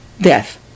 death